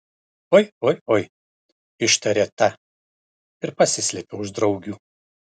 oi oi oi ištarė ta ir pasislėpė už draugių